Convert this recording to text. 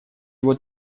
вот